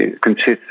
consists